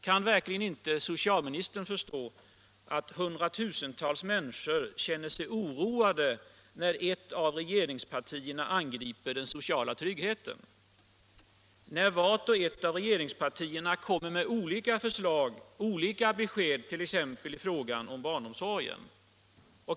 Kan socialministern verkligen inte förstå att hundratusentals människor känner sig oroade när ett av regeringspartierna och då det starkaste angriper den sociala tryggheten? När vart och ett av regeringspartierna kommer med olika besked i t.ex. frågan om barnomsorgen?